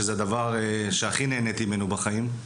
שזה דבר שהכי נהניתי ממנו בחיים,